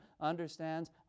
understands